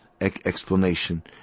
explanation